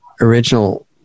original